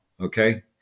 Okay